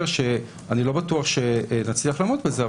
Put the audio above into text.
אני לא בטוח שנצליח לעמוד בזה,